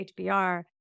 HBR